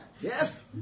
Yes